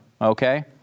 Okay